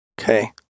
Okay